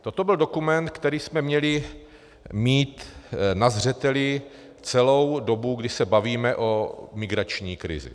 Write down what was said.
Toto byl dokument, který jsme měli mít na zřeteli celou dobu, kdy se bavíme o migrační krizi.